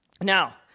Now